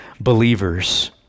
believers